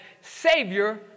Savior